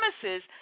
promises